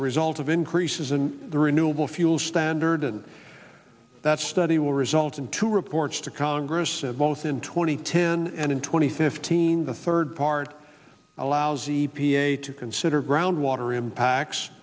a result of increases in the renewable fuel standard heard that study will result in two reports to congress of both in twenty ten and in twenty fifteen the third part allows e p a to consider groundwater impacts